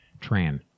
Tran